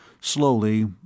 Slowly